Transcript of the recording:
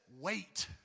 Wait